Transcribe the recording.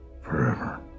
Forever